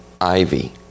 ivy